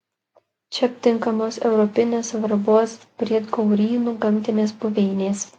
čia aptinkamos europinės svarbos briedgaurynų gamtinės buveinės